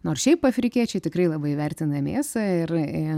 nors šiaip afrikiečiai tikrai labai vertina mėsą ir